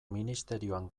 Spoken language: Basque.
ministerioan